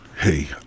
hey